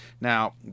Now